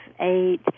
eight